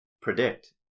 predict